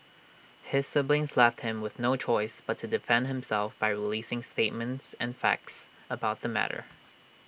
his siblings left him with no choice but to defend himself by releasing statements and facts about the matter